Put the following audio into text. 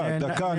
דקה, דקה.